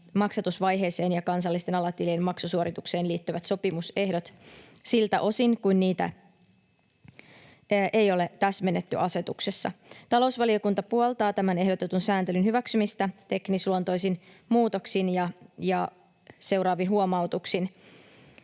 maksatusvaiheeseen ja kansallisten alatilien maksusuoritukseen liittyvät sopimusehdot siltä osin kuin niitä ei ole täsmennetty asetuksessa. Talousvaliokunta puoltaa tämän ehdotetun sääntelyn hyväksymistä teknisluontoisin muutoksin ja seuraavin huomautuksin: